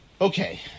okay